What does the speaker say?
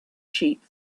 sheep